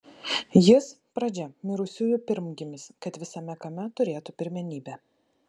jis pradžia mirusiųjų pirmgimis kad visame kame turėtų pirmenybę